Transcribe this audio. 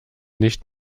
nicht